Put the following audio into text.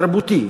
תרבותי,